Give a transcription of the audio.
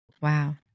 wow